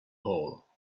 hole